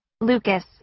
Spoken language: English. Lucas